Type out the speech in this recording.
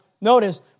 notice